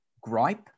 gripe